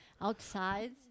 outside